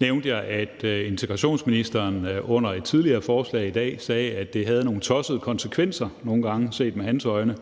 nævnte jeg, at integrationsministeren under et tidligere forslag i dag sagde, at det set med hans øjne nogle gange havde nogle